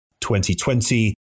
2020